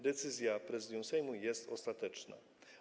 Decyzja Prezydium Sejmu jest ostateczna.